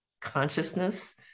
consciousness